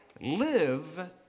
live